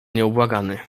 nieubłagany